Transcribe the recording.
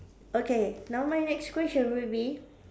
okay now my next question would be